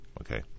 Okay